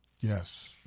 Yes